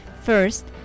First